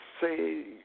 say